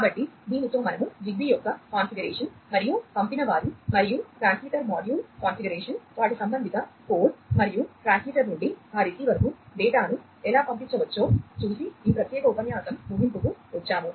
కాబట్టి దీనితో మనము జిగ్బీ యొక్క కాన్ఫిగరేషన్ మరియు పంపినవారు మరియు ట్రాన్స్మిటర్ మాడ్యూల్ కాన్ఫిగరేషన్ వాటి సంబంధిత కోడ్ మరియు ట్రాన్స్మిటర్ నుండి ఆ రిసీవర్కు డేటాను ఎలా పంపించవచ్చో చూసి ఈ ప్రత్యేక ఉపన్యాసం ముగింపుకు వచ్చాము